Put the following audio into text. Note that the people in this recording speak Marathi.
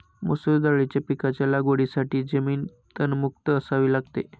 मसूर दाळीच्या पिकाच्या लागवडीसाठी जमीन तणमुक्त असावी लागते